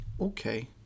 Okay